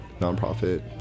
nonprofit